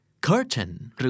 curtain